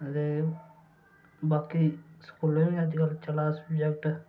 हां ते स्कूलें च बी अजकल चला दा सब्जैक्ट